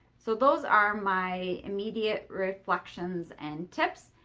so those are my immediate reflections and tips.